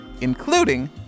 including